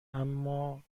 اما